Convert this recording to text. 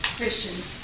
Christians